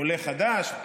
עולה חדש,